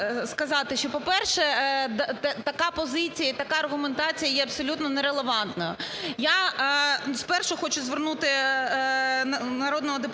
що, по-перше, така позиція і така аргументація є абсолютно нерелевантною. Я спершу хочу звернути народного депутата